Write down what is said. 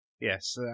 Yes